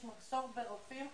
יש מחסור ברופאים.